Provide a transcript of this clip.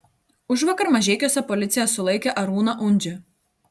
užvakar mažeikiuose policija sulaikė arūną undžį